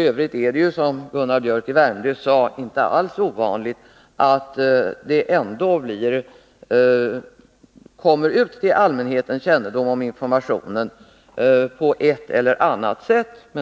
Det är f. ö. som Gunnar Biörck i Värmdö sade inte alls ovanligt att denna information ändå på ett eller annat sätt kommer till allmänhetens kännedom, men